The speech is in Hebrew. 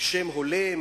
שם הולם,